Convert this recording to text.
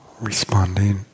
responding